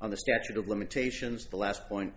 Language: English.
on the statute of limitations the last point